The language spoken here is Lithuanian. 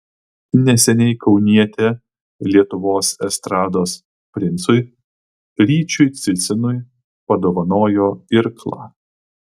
neseniai kaunietė lietuvos estrados princui ryčiui cicinui padovanojo irklą